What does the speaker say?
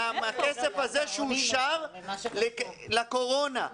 מהכסף שאושר ‏לקורונה.